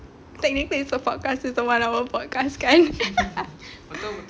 technically it's a podcast cerita malam punya podcast kan